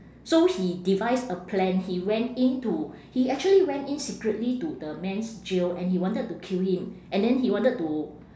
so he devised a plan he went in to he actually went in secretly to the man's jail and he wanted to kill him and then he wanted to